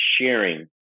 sharing